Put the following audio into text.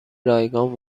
رایگان